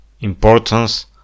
importance